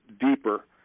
deeper